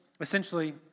essentially